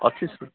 ଅଛି ସବୁ